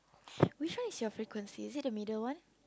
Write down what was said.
which one is your frequency is it the middle one